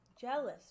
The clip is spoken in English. Jealous